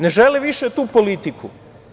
Ne žele više tu politiku.